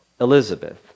Elizabeth